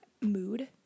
mood